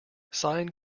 sine